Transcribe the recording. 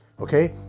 Okay